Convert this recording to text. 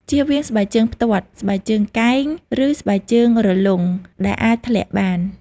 ជៀសវាងស្បែកជើងផ្ទាត់ ស្បែកជើងកែង ឬស្បែកជើងរលុងដែលអាចធ្លាក់បាន។